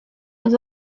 les